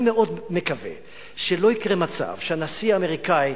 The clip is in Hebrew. אני מאוד מקווה שלא יקרה מצב שהנשיא האמריקני,